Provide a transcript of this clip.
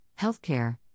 healthcare